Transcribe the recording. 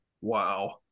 Wow